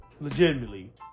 Legitimately